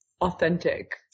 authentic